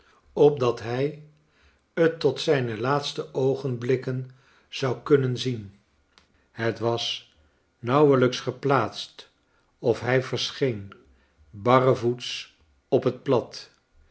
opdat hij t tot zijne laatste oogenblikken zou kunnen zien het was nauwelijks geplaatst of hij verscheen barrevoets op het plat